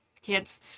kids